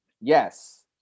yes